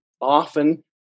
often